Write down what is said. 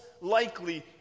likely